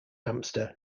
hamster